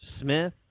Smith